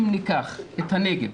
אם ניקח את הנגב,